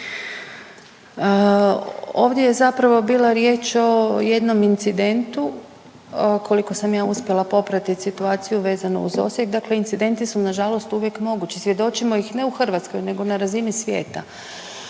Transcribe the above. Ovdje je zapravo bila riječ o jednom incidentu, koliko sam ja uspjela popratiti situaciju vezano uz Osijek. Dakle, incidenti su nažalost uvijek mogući. Svjedočimo ih ne u Hrvatskoj nego na razini svijeta.